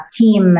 team